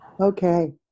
okay